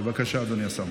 בבקשה, אדוני השר.